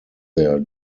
their